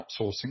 outsourcing